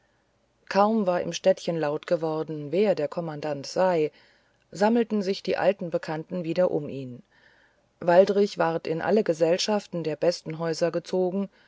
kaum war im städtchen laut geworden wer der kommandant sei sammelten sich die alten bekannten wieder zu ihm waldrich ward in alle gesellschaften der besten häuser gezogen